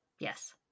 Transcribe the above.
Yes